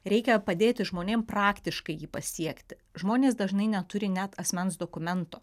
reikia padėti žmonėm praktiškai jį pasiekti žmonės dažnai neturi net asmens dokumento